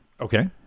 Okay